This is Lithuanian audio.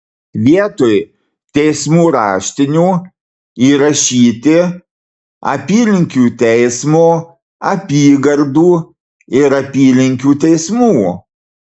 vietoj teismų raštinių įrašyti apylinkių teismo apygardų ir apylinkių teismų